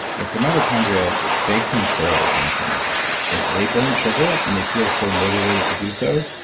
like the mitochondria, they control insulin resistance. if they burn sugar and they feel so motivated to do so,